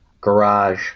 garage